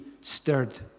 stirred